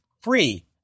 free